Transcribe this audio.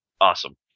awesome